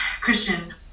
Christian